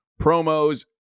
promos